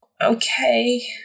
Okay